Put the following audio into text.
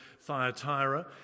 Thyatira